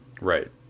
right